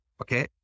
okay